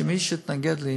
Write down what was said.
שמי שהתנגד לי